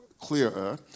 Clearer